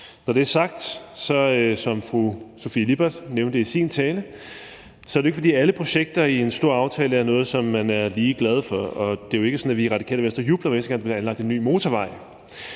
nævnte i sin tale, fordi alle projekter i en stor aftale er noget, som man er lige glad for, og det er jo ikke sådan, at vi i Radikale Venstre jubler, hver eneste gang der bliver anlagt en ny motorvej.